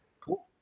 Cool